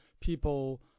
people